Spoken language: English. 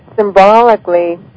symbolically